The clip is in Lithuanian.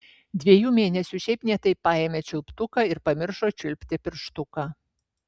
dviejų mėnesių šiaip ne taip paėmė čiulptuką ir pamiršo čiulpti pirštuką